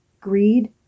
greed